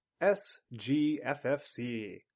S-G-F-F-C